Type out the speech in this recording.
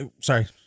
sorry